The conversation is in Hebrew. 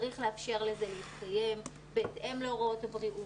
צריך לאפשר לזה להתקיים בהתאם להוראות הבריאות.